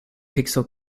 pixel